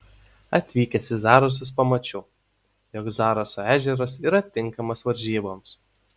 atvykęs į zarasus pamačiau jog zaraso ežeras yra tinkamas varžyboms